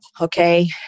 okay